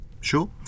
Sure